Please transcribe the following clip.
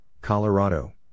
Colorado